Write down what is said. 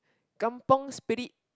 Kampung Spirit